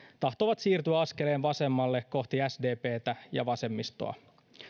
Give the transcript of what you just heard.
tahtovat siirtyä askeleen vasemmalle kohti sdptä ja vasemmistoa